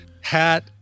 hat